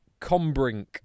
Combrink